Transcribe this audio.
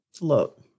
Look